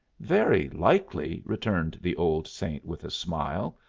very likely, returned the old saint with a smile.